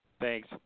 Thanks